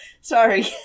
Sorry